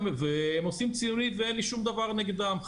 והם עושים ציונות ואין לי שום דבר נגדם,